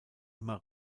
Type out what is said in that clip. immer